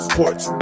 Sports